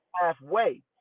halfway